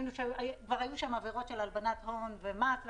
כבר היו שם עבירות של הלבנת הון ומס,